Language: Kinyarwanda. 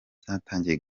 zatangiye